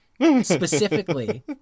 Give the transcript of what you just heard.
specifically